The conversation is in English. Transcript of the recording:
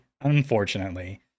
unfortunately